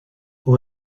who